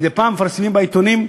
מדי פעם מפרסמים בעיתונים,